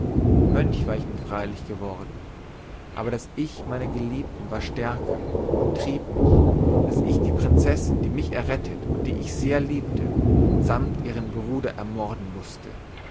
mönch war ich nun freilich geworden aber das ich meiner gedanken war stärker und trieb mich daß ich die prinzessin die mich errettet und die ich sehr liebte samt ihrem bruder ermorden mußte